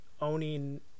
owning